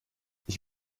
ich